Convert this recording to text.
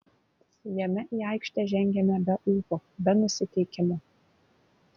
jame į aikštę žengėme be ūpo be nusiteikimo